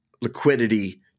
liquidity